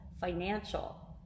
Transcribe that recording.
financial